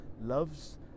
loves